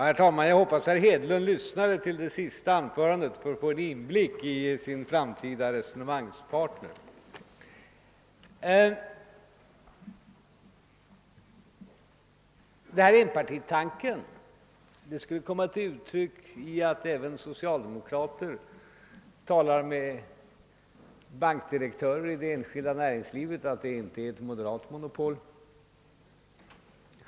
Herr talman! Jag hoppas att herr Hedlund lyssnade till det föregående anförandet, så att han fick en inblick i hur hans framtida resonemangspartner tänker. Enpartitanken skulle alltså manifestera sig däri att även socialdemokrater talar med bankdirektörer i det enskilda näringslivet. Ja, det skulle alltså vara ett moderat monopol.